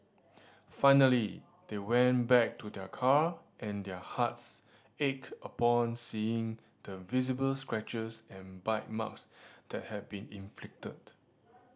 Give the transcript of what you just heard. finally they went back to their car and their hearts ached upon seeing the visible scratches and bite marks that had been inflicted